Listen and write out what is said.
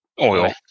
oil